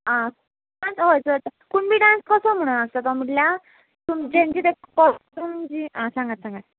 आं हय जाता कुणबी डांस कसो म्हणून आसता तो म्हटल्या तुमचें तांचे जे कॉस्ट्यूम बी आं सांगात सांगात